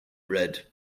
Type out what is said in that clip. red